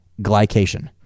glycation